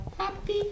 Happy